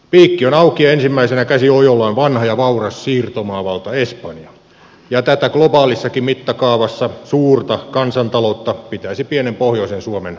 viki on auki ensimmäisenä ketju jolla on vanhoja vauras siirtomaavalta espanja ja tätä globaalissakin mittakaavassa suurta kansantaloutta pitäisi pienen pohjoisen suomen